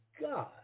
God